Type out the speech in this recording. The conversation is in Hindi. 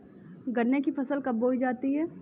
गन्ने की फसल कब बोई जाती है?